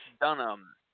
Dunham